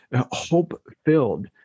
hope-filled